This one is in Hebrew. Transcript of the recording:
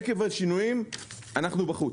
עקב השינויים אנחנו בחוץ".